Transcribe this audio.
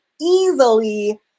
easily